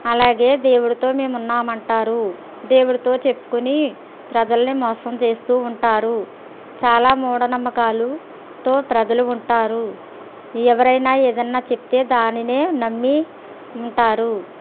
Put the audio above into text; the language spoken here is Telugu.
అలాగే దేవుడితో మేము ఉన్నామంటారు దేవుడితో చెప్పుకొని ప్రజల్ని మోసం చేస్తు ఉంటారు చాలా మూఢనమ్మకాలతో ప్రజలు ఉంటారు ఎవరైనా ఏదన్నా చెప్తే దానిని నమ్మి ఉంటారు